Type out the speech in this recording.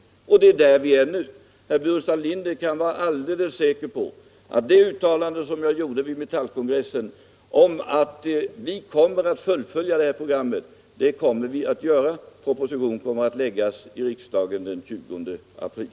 Och där är vi nu. Herr Burenstam Linder kan vara helt säker på att det uttalande som jag gjorde vid metallkongressen, att vi kommer att fullfölja det programmet, det står fast. Proposition härom kommer att läggas fram i riksdagen den 20 april.